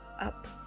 up